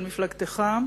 של מפלגתך,